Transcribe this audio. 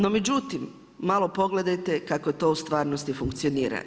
No međutim, malo pogledajte kako to u stvarnosti funkcionira.